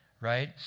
right